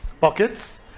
pockets